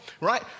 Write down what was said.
right